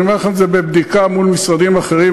אני אומר לכם שזה בבדיקה מול משרדים אחרים,